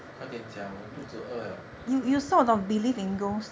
快点讲我肚子饿了